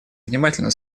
внимательно